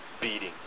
beating